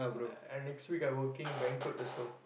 I next week I working banquet also